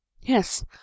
yes